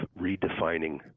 redefining